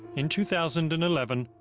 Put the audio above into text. in two thousand and eleven,